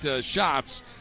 shots